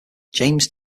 james